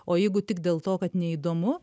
o jeigu tik dėl to kad neįdomu